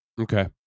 Okay